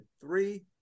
three